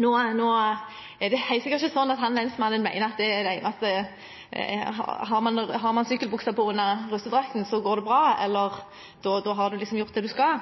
Nå er det helt sikkert ikke slik at lensmannen mener at har man sykkelbukse på under russedrakten, så går det bra, og da har man gjort det man skal.